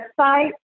website